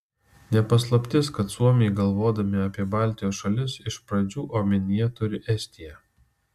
ne paslaptis kad suomiai galvodami apie baltijos šalis iš pradžių omenyje turi estiją